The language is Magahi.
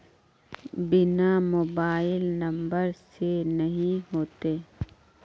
बिना मोबाईल नंबर से नहीं होते?